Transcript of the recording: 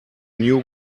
new